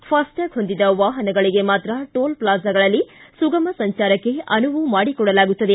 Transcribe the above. FASTag ಹೊಂದಿದ ವಾಹನಗಳಗೆ ಮಾತ್ರ ಟೋಲ್ ಪ್ನಾಜಾಗಳಲ್ಲಿ ಸುಗಮ ಸಂಚಾರಕ್ಕೆ ಅನುವು ಮಾಡಿಕೊಡಲಾಗುತ್ತದೆ